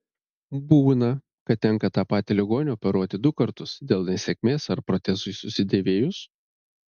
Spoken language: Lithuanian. būna kad tenka tą patį ligonį operuoti du kartus dėl nesėkmės ar protezui susidėvėjus